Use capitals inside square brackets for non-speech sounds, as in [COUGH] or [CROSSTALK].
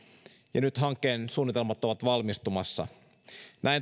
ja nyt hankkeen suunnitelmat ovat valmistumassa näin [UNINTELLIGIBLE]